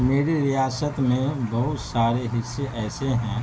میرے ریاست میں بہت سارے حصے ایسے ہیں